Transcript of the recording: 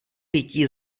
pití